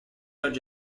oggi